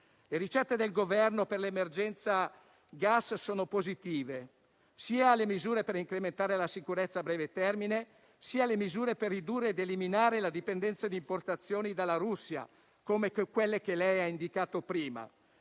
Le ricette del Governo per l'emergenza gas sono positive: sia le misure per incrementare la sicurezza a breve termine sia quelle per ridurre ed eliminare la dipendenza di importazioni dalla Russia, come quelle che lei ha indicato prima.